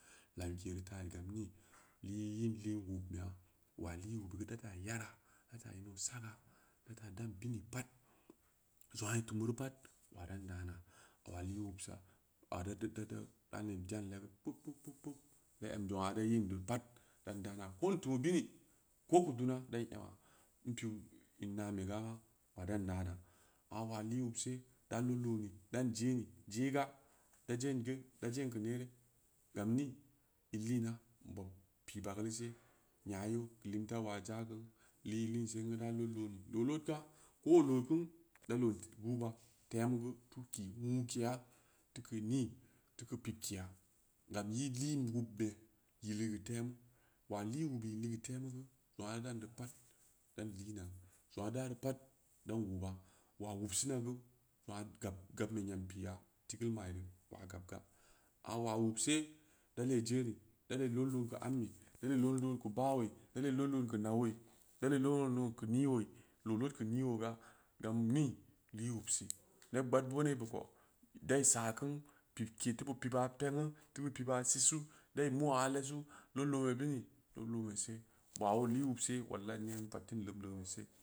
Lamkereu taa gam nii, leu nyid tee gubmbeya, maa lei gbereu geu da taa yaara, da ta ino saga da taa dam bini pad, zangna i tumu beureu pad, waa ran da ana, waa lii wabsa, ara reu neen za’n legu pup pup pup da em zangno deu nyibu pad dan dama ko n tumu bini, ko ku duma dann ema, m piu in na’nɓega pa’ dan nana, amma waa lii wubse da lod looni? Dan zini? Ziga. Da zengeu, da zengeu neere? Gam ni in liina bob pii bageu leu see, nya you geu limta waa za gu li in lin sengu da lod lani loo lodga ko oo looku, da loon guba, tembu geu teu kiin nuu keya, teu keu ni, teu keu pibkeya, gam yi limbe gbed ligeu temu, waa limrn be ligeu temu geu waa dam neu pad ddan lina, waa daa reu pad dan wuba, waa wuɓ sina gu, waa gaɓɓu nyam piya, tigal ma’ireu wad gabga, aa waa wubse, da ke zaeni? Da lee lod loon keu ammi? Da lee lod loon keu baa ooyi? Da lee lod lood keu na’ooyi, da lee lood loon keu nii ooyi? Loo lod keu mii ooga, gam ni? Lii wubse, neb gbaad deu bu piba pengnu, da bu piba sisu dai maya lesu, lod loon be turu? Llood loon be see, abaa oo liii wubse wallai neee ning fottin leum leunbe see.